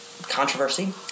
controversy